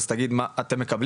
אז תגיד מה קורה,